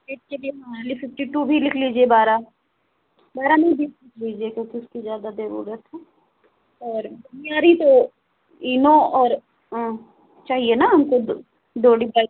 पेट के लिए ली फिफ्टी टू भी लिख लीजिए बारह बारह नहीं बीस लिख लीजिए क्योंकि उसकी ज़्यादा ज़रूरत है और आ रही तो इनो और चाहिए ना उनको दो दो डिब्बे